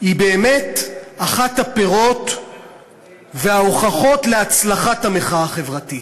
היא באמת אחד הפירות וההוכחות להצלחת המחאה החברתית.